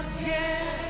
again